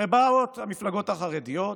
הרי באות המפלגות החרדיות,